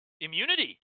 immunity